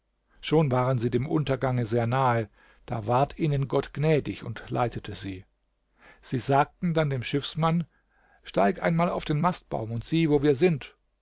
schon waren sie dem untergange sehr nahe da ward ihnen gott gnädig und leitete sie sie sagten dann dem schiffsmann steig einmal auf den mastbaum und sieh wo wir sind